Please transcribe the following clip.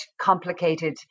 complicated